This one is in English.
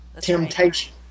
Temptation